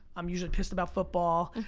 i'm usually pissed about football.